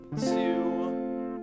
two